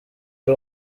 ari